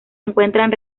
encuentran